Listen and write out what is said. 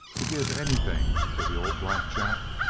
to give anything to the old black jack?